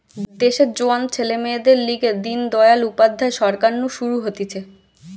দেশের জোয়ান ছেলে মেয়েদের লিগে দিন দয়াল উপাধ্যায় সরকার নু শুরু হতিছে